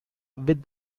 with